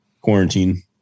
quarantine